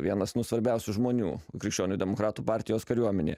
vienas nu svarbiausių žmonių krikščionių demokratų partijos kariuomenėje